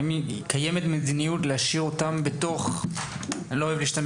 האם קיימת מדיניות להשאיר אותם בתוך "גטו",